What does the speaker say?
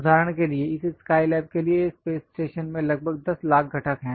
उदाहरण के लिए इस स्काईलैब के लिए स्पेस स्टेशन में लगभग 10 लाख घटक हैं